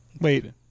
wait